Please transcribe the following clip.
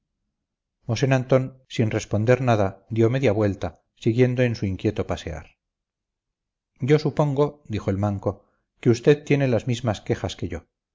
mosén antón sin responder nada dio media vuelta siguiendo en su inquieto pasear yo supongo dijo el manco que usted tiene las mismas quejas que yo